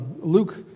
Luke